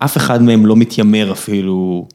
‫אף אחד מהם לא מתיימר אפילו.